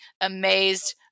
amazed